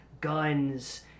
guns